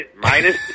minus